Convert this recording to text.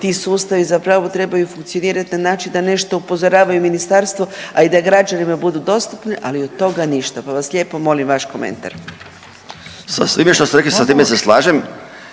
Ti sustavi zapravo trebaju funkcionirati na način da nešto upozoravaju ministarstvo, a i da građanima budu dostupni, ali od toga ništa, pa vas lijepo molim vaš komentar. **Pavić, Željko (Nezavisni)** Sa svime